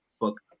book